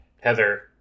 heather